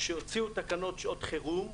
כשהוציאו תקנות שעות חירום,